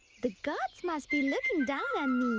the gods must be looking down on